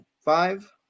five